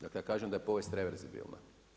Dakle, ja kažem da je povijest reverzibilna.